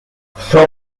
sors